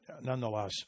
nonetheless